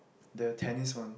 the tennis one